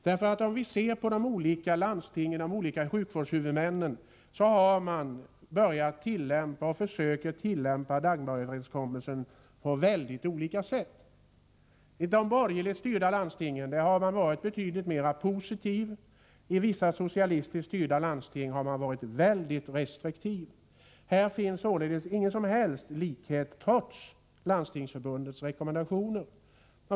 De olika landstingen och de olika sjukvårdshuvudmännen har börjat tillämpa och försöka tillämpa Dagmaröverenskommelsen på många olika sätt. I de borgerligt styrda landstingen har man varit betydligt mer positiv. I vissa socialistiskt styrda landsting har man varit mycket restriktiv. Här finns således ingen som helst likhet trots Landstingsförbundets rekommendationer.